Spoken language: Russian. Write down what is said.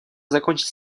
закончить